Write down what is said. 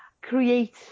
create